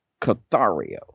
Cathario